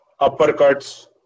uppercuts